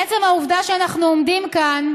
עצם העובדה שאנחנו עומדים כאן